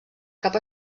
cap